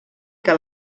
que